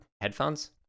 headphones